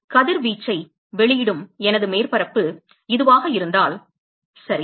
கதிர்வீச்சை வெளியிடும் எனது மேற்பரப்பு இதுவாக இருந்தால் சரி